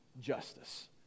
Justice